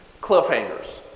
Cliffhangers